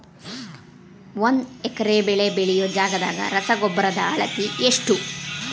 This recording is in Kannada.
ಒಂದ್ ಎಕರೆ ಬೆಳೆ ಬೆಳಿಯೋ ಜಗದಾಗ ರಸಗೊಬ್ಬರದ ಅಳತಿ ಎಷ್ಟು?